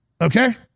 Okay